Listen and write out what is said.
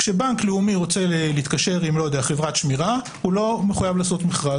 כשבנק לאומי רוצה להתקשר עם חברת שמירה הוא לא מחויב לעשות מכרז.